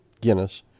Guinness